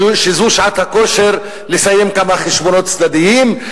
שזו שעת הכושר לסיים כמה חשבונות צדדיים.